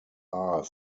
are